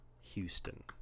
Houston